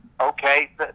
okay